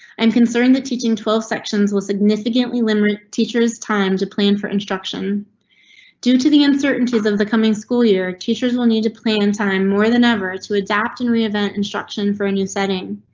i'm concerned that teaching twelve sections will significantly limit teachers time to plan for instruction due to the uncertainties of the coming school year. teachers will need to plan in time more than ever to adapt and reinvent instruction for a new setting.